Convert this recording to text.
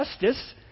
justice